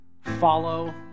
follow